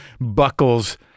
buckles